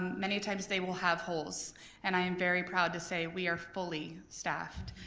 many times they will have holes and i am very proud to say we are fully staffed.